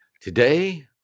Today